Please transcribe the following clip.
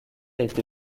été